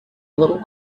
little